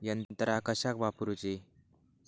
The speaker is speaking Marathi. यंत्रा कशाक वापुरूची?